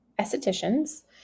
estheticians